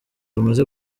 rumaze